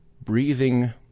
breathing